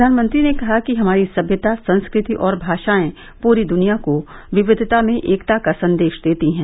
प्रधानमंत्री ने कहा कि हमारी सभ्यता संस्कृति और भाषाएं पूरी दुनिया को विकिता में एकता का संदेश देती हैं